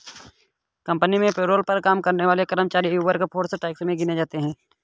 company में payroll पर काम करने वाले कर्मचारी ही वर्कफोर्स टैक्स में गिने जाते है